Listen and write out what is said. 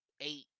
eight